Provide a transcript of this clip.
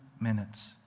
minutes